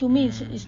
mm